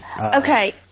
Okay